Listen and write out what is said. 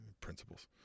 principles